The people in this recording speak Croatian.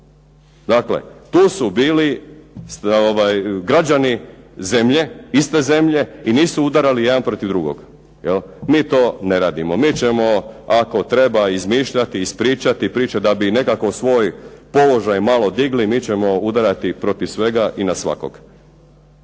Dakle tu su bili građani zemlje, iste zemlje i nisu udarali jedan protiv drugog. Mi to ne radimo. Mi ćemo ako treba izmišljati, ispričati priče da bi nekako svoj položaj malo digli. Mi ćemo udarati protiv svega i na svakog.